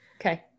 Okay